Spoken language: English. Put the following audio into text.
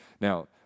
Now